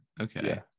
okay